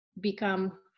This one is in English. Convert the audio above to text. become